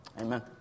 Amen